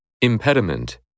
Impediment